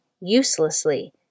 uselessly